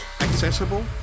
accessible